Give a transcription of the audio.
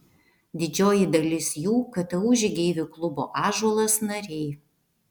didžioji dalis jų ktu žygeivių klubo ąžuolas nariai